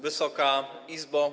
Wysoka Izbo!